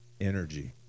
energy